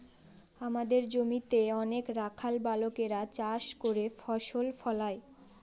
আমাদের জমিতে অনেক রাখাল বালকেরা চাষ করে ফসল ফলায়